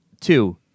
Two